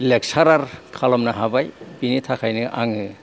lecturer खालामनो हाबाय बेनि थाखायनो आंयो